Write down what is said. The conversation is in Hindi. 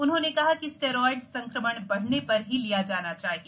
उन्होंने कहा कि स्टेरॉएड संक्रमण बढने पर ही लिया जाना चाहिए